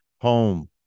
home